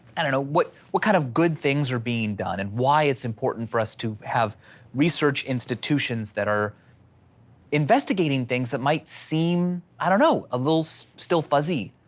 i don't know what what kind of good things are being done and why it's important for us to have research institutions that are investigating things that might seem i don't know, a little so still fuzzy,